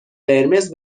قرمز